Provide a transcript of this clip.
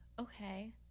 Okay